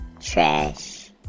Trash